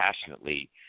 passionately